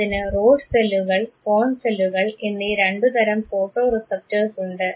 അതിന് റോഡ് സെല്ലുകൾ കോൺ സെല്ലുകൾ എന്നീ രണ്ട് തരം ഫോട്ടോ റിസപ്പ്റ്റേഴ്സ് ഉണ്ട്